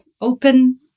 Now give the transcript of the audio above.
open